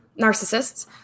narcissists